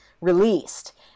released